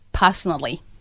personally